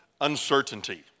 uncertainty